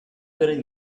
gotten